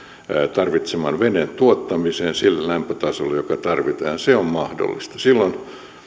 tarvitseman veden tuottamiseen sillä lämpötasolla joka tarvitaan se on mahdollista silloin